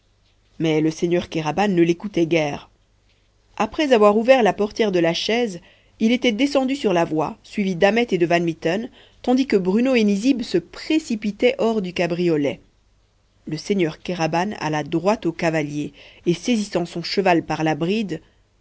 mais le seigneur kéraban ne l'écoutait guère après avoir ouvert la portière de la chaise il était descendu sur la voie suivi d'ahmet et de van mitten tandis que bruno et nizib se précipitaient hors du cabriolet le seigneur kéraban alla droit au cavalier et saisissant son cheval par la bride